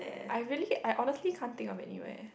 I really I honestly can't think of anywhere